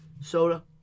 soda